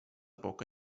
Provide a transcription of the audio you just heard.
poca